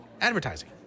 Advertising